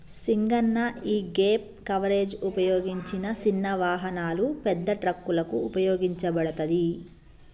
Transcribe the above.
సింగన్న యీగేప్ కవరేజ్ ఉపయోగించిన సిన్న వాహనాలు, పెద్ద ట్రక్కులకు ఉపయోగించబడతది